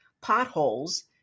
potholes